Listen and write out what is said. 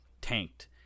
tanked